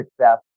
success